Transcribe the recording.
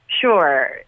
Sure